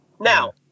now